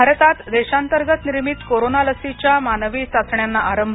भारतात देशांतर्गत निर्मित कोरोना लसीच्या मानवी चाचण्यांना आरंभ